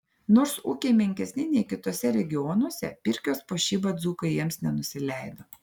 nors ūkiai menkesni nei kituose regionuose pirkios puošyba dzūkai jiems nenusileido